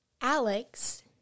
Alex